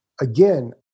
again